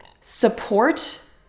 support